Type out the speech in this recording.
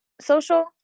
social